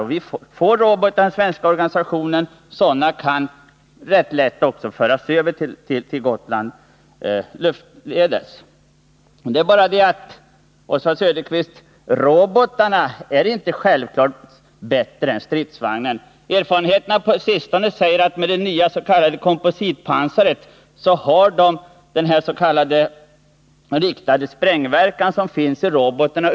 Vi kommer också att få robotar i den svenska försvarsorganisationen, och dessa kan ganska lätt luftledes föras över till Gotland. Men det är inte, Oswald Söderqvist, självklart att robotar är bättre än stridsvagnar. Erfarenheterna på sistone visar att det nya s.k. kompositpansaret medför uppenbara problem när det gäller den riktade sprängverkan från robotarna.